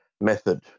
method